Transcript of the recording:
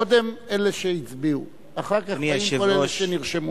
קודם אלה שהצביעו, ואחרי כן באים כל אלה שנרשמו.